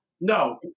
no